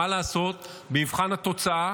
מה לעשות, במבחן התוצאה